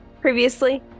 previously